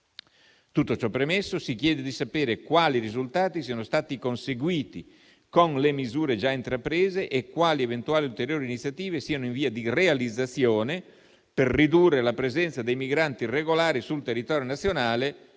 Tutto ciò premesso, si chiede di sapere quali risultati siano stati conseguiti con le misure già intraprese e quali eventuali ulteriori iniziative siano in via di realizzazione per ridurre la presenza dei migranti irregolari sul territorio nazionale,